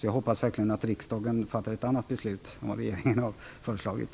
Jag hoppas verkligen att riksdagen fattar ett annat beslut än vad regeringen har föreslagit.